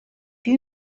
più